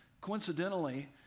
coincidentally